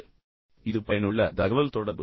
இப்போது இது பயனுள்ள தகவல் தொடர்பு